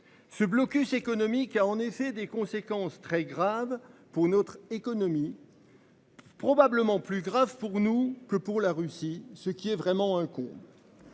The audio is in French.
Ce blocus économique a en effet des conséquences très graves pour notre économie.-- Probablement plus grave pour nous que pour la Russie, ce qui est vraiment un coup.--